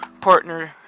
partner